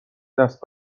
دست